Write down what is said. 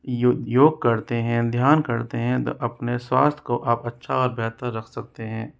योग करते हैं ध्यान करते हैं तो अपने स्वास्थ्य को आप अच्छा और बेहतर रख सकते हैं